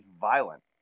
violent